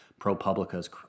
ProPublica's